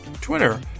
Twitter